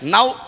Now